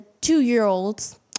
two-year-olds